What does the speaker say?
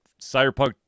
Cyberpunk